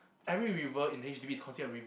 every river in H_D_B is considered a river